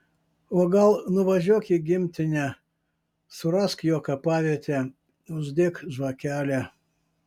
o gal nuvažiuok į gimtinę surask jo kapavietę uždek žvakelę